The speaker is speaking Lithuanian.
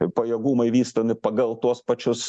pajėgumai vystomi pagal tuos pačius